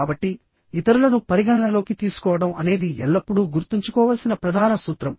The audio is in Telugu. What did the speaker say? కాబట్టి ఇతరులను పరిగణనలోకి తీసుకోవడం అనేది ఎల్లప్పుడూ గుర్తుంచుకోవలసిన ప్రధాన సూత్రం